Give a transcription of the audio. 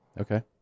Okay